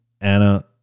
Anna